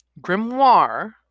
grimoire